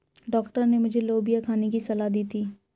doctor ने मुझे लोबिया खाने की सलाह दी थी